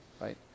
right